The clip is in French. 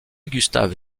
gustave